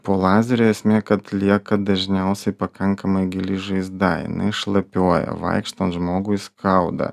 po lazerio esmė kad lieka dažniausiai pakankamai gili žaizda jinai šlapiuoja vaikštant žmogui skauda